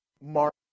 Mark